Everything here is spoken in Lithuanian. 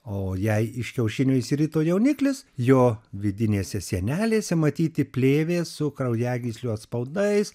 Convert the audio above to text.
o jei iš kiaušinio išsirito jauniklis jo vidinėse sienelėse matyti plėvės su kraujagyslių atspaudais